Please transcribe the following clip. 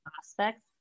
aspects